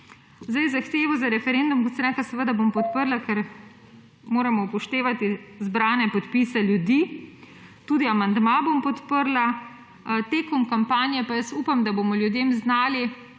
Zahtevo za referendum, kot sem rekla, seveda bom podprla, ker moramo upoštevati zbrane podpise ljudi, tudi amandma bom podprla. Tekom kampanje pa upam, da bomo ljudem znali